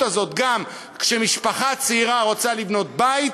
הזאת גם כשמשפחה צעירה רוצה לבנות בית,